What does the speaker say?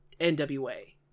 NWA